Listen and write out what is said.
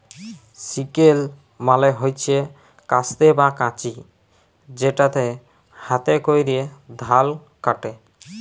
sickle মালে হচ্যে কাস্তে বা কাঁচি যেটাতে হাতে ক্যরে ধাল কাটে